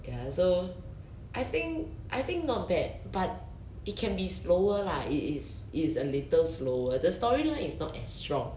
ya so I think I think not bad but it can be slower lah it is if it's a little slower the story line is not as strong